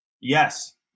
Yes